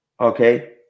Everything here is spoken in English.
Okay